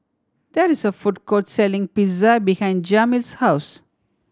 there is a food court selling Pizza behind Jamil's house